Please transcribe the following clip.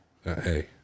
Hey